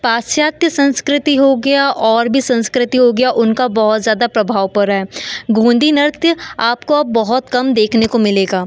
पाश्चात्य संस्कृति हो गया और भी संस्कृति हो गया उनका बहुत ज़्यादा प्रभाव पड़ा है गोंदी नृत्य आपको अब बहुत कम देखने को मिलेगा